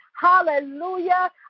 Hallelujah